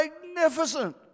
magnificent